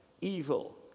evil